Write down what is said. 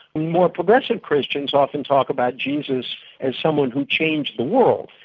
more progressive christians often talk about jesus as someone who changed the world.